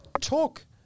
talk